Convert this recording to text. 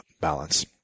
balance